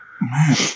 Man